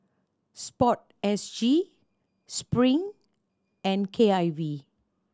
Sport S G Spring and K I V